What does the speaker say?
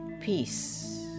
peace